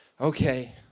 okay